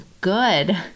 good